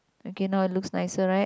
okay now it looks nicer right